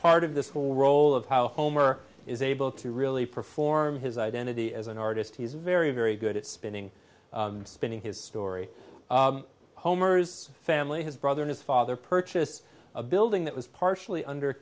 part of this whole roll of how homer is able to really perform his identity as an artist he's very very good at spinning spinning his story homer's family his brother his father purchase a building that was partially under